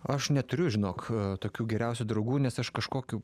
aš neturiu žinok tokių geriausių draugų nes aš kažkokiu